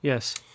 yes